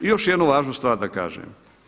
I još jednu važnu stvar da kažem.